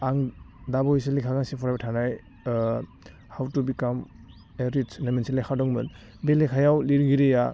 आं दा बायैसो लेखा गांसे फरायबाय थानाय हाव टु बिकाम ए रिस्ट होन्नाय मोनसे लेखा दंमोन बे लेखायाव लिरगिरिया